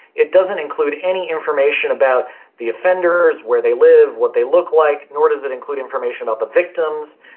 it doesn't include any information about the offenders, where they live, what they look like, nor does it include information about the victims,